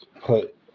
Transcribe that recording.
put